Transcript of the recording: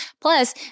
Plus